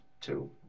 Two